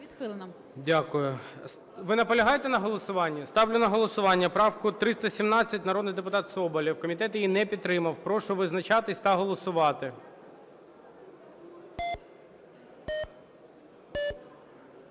Ви наполягаєте на голосуванні? Ставлю на голосування правку 317, народний депутат Соболєв, комітет її не підтримав. Прошу визначатись та голосувати.